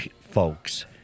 folks